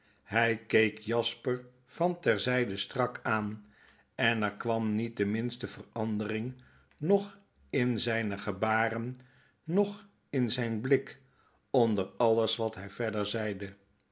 hy keek jasper van ter zijde strak aan en er kwam niet de minste verandering noch in zyne gebaren noch in zyn blik onder alles wat hy verder zeide